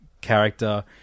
character